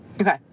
Okay